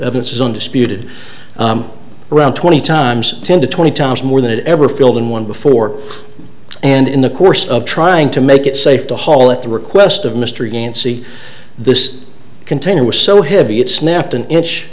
evidence is undisputed around twenty times ten to twenty times more than it ever filled in one before and in the course of trying to make it safe to haul at the request of mr gansey this container was so heavy it snapped an inch